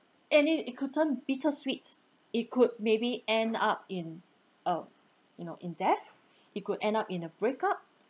and it it could turn bittersweet it could maybe end up in a you know in death it could end up in a breakup